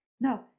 No